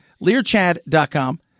LearChad.com